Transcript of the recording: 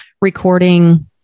recording